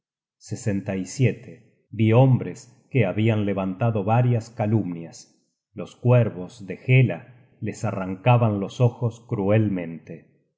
una manera risible vi hombres que habian levantado varias calumnias los cuervos de hela los arrancaban los ojos cruelmente